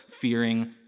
fearing